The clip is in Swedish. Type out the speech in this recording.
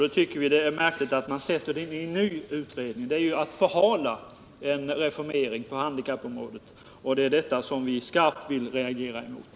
Då tycker vi det är märkligt att man tillsätter en ny utredning. Det är att förhala en reformering av handikappersättningen, och det är detta som vi skarpt vill reagera mot.